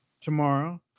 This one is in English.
tomorrow